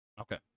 Okay